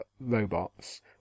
robots